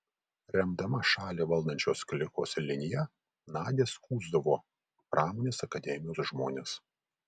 remdama šalį valdančios klikos liniją nadia skųsdavo pramonės akademijos žmones